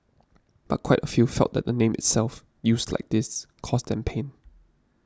but quite a few felt that the name itself used like this caused them pain